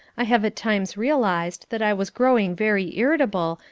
i have at times realised that i was growing very irritable,